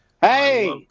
Hey